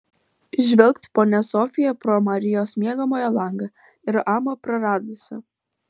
žvilgt ponia sofija pro marijos miegamojo langą ir amą praradusi